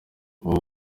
ubu